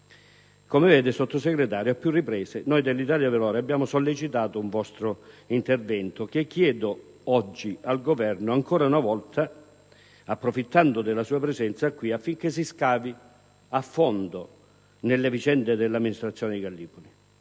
Come vede, signor Sottosegretario, a più riprese, noi dell'Italia dei Valori abbiamo sollecitato un vostro intervento che chiedo oggi al Governo ancora una volta, approfittando della sua presenza qui, affinché si scavi a fondo nelle vicende dell'amministrazione di Gallipoli,